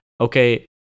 okay